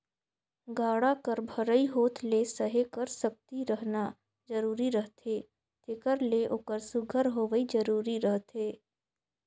गाड़ा कर भरई होत ले सहे कर सकती रहना जरूरी रहथे तेकर ले ओकर सुग्घर होवई जरूरी रहथे